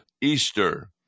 Easter